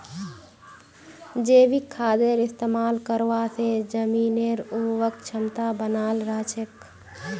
जैविक खादेर इस्तमाल करवा से जमीनेर उर्वरक क्षमता बनाल रह छेक